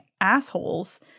assholes